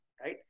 right